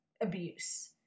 abuse